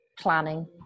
planning